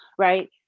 right